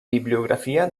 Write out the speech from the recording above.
bibliografia